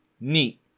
Neat